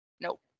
Nope